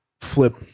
flip